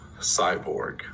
Cyborg